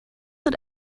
that